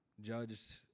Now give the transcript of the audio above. judged